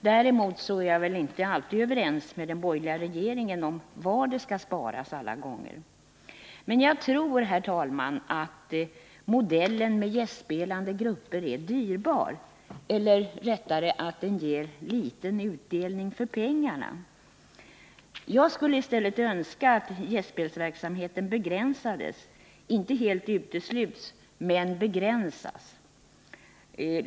Däremot är jag väl inte alltid överens med den borgerliga regeringen om var det skall sparas. Men jag tror, herr talman, att modellen med gästspelande grupper är dyrbar — eller rättare ger liten utdelning för pengarna. Jag skulle i stället önska att gästspelsverksamheten begränsas — inte helt utesluts, men begränsas.